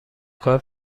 کار